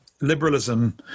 liberalism